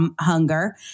hunger